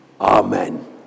Amen